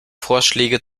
vorschläge